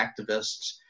activists